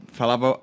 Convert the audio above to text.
falava